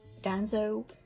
Danzo